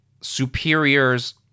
superior's